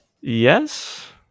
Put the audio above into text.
Yes